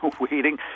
waiting